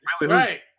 Right